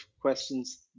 questions